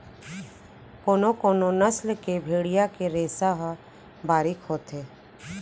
कोनो कोनो नसल के भेड़िया के रेसा ह बारीक होथे